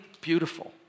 beautiful